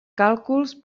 càlculs